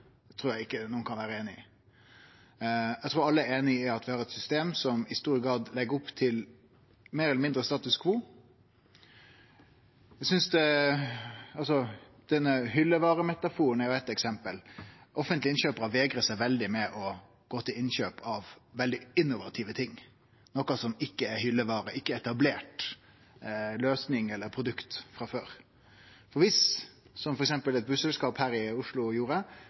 trur eg ingen kan seie. Eg trur alle er einige om at vi har eit system som i stor grad legg opp til meir eller mindre status quo. Hyllevaremetaforen er eitt eksempel. Offentlege innkjøparar vegrar seg veldig for å gå til innkjøp av veldig innovative ting, noko som ikkje er hyllevare, som ikkje er ei etablert løysing eller produkt frå før. Viss ein, som f.eks. eit busselskap her i Oslo gjorde, går til innkjøp av ei svært innovativ løysing for billettar, og